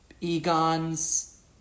Egon's